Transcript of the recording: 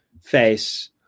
face